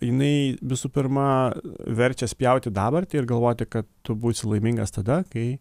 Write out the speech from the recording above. jinai visų pirma verčia spjaut į dabartį ir galvoti kad tu būsi laimingas tada kai